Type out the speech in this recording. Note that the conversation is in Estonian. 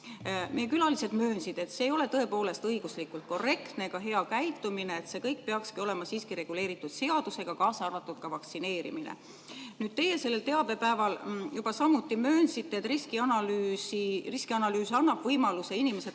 Meie külalised möönsid, et see ei ole tõepoolest õiguslikult korrektne ega hea käitumine, et see kõik peaks siiski olema reguleeritud seadusega, kaasa arvatud ka vaktsineerimine. Nüüd, teie sellel teabepäeval samuti möönsite, et riskianalüüs annab võimaluse inimesed